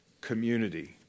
community